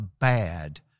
bad